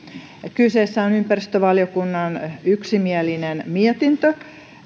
kyseessä on ympäristövaliokunnan yksimielinen mietintö